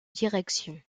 direction